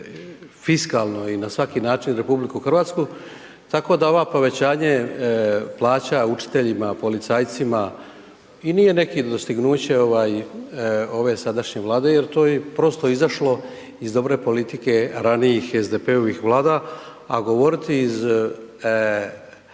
fiskalno i na svaki način RH tako da ovo povećanje plaća učiteljima, policajcima i nije neko dostignuće ove sadašnje Vlade jer to je prosto izašlo iz dobre politike ranijih SDP-ovih vlada. A govoriti kao